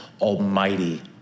Almighty